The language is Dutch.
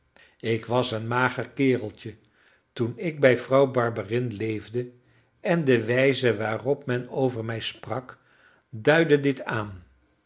ik was een mager kereltje toen ik bij vrouw barberin leefde en de wijze waarop men over mij sprak duidde dit aan